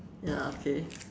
ya okay